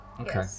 Okay